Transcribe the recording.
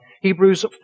Hebrews